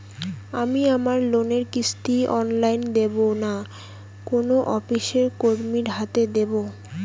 আমি আমার লোনের কিস্তি অনলাইন দেবো না কোনো অফিসের কর্মীর হাতে দেবো?